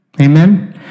Amen